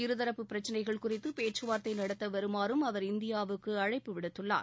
இருதரப்பு பிரச்சினைகள் குறித்து பேச்சுவார்த்தை நடத்த வருமாறும் அவர் இந்தியாவுக்கு அழைப்பு விடுத்துள்ளார்